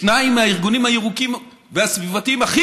שניים מהארגונים הירוקים והסביבתיים הכי